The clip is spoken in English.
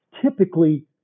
typically